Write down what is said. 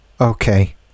okay